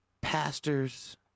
pastors